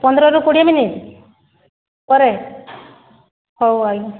ପନ୍ଦରରୁ କୋଡ଼ିଏ ମିନିଟ୍ ପରେ ହଉ ଆଉ